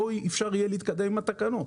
אי אפשר יהיה להתקדם עם התקנות.